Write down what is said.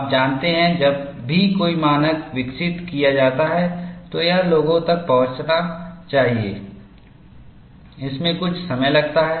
आप जानते हैं जब भी कोई मानक विकसित किया जाता है तो यह लोगों तक पहुंचना चाहिए इसमें कुछ समय लगता है